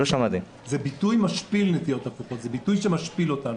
זה ביטוי שמשפיל אותנו.